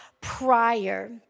prior